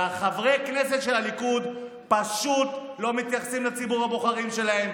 וחברי הכנסת של הליכוד פשוט לא מתייחסים לציבור הבוחרים שלהם,